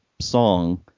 song